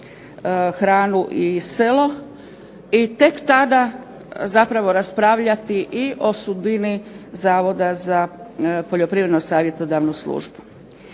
hranu i tek tada zapravo raspravljati i o sudbini Zavoda za poljoprivredno savjetodavnu službu.